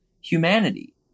humanity